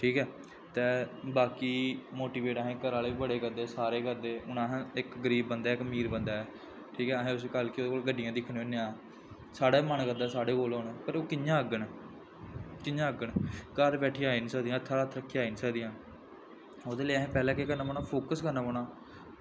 ठीक ऐ ते बाकी मोटिवेट असें ई घरै आह्ले बी बड़ा करदे सारे करदे हून असें इक गरीब बंदा ऐ इक अमीर बंदा ऐ ठीक ऐ असें उसी कल गी ओह्दे कोल गड्डियां दिक्खने होने आं साढ़ा बी मन करदा साढ़े कोल होन पर ओह् कि'यां आङन कि'यां आङन घर बैठिये आई निं सकदियां हत्था पर हत्थ रक्खियै आई निं सकदियां ओह्दे लेई असें पैह्लें केह् करना पौना अपना फोकस करना पौना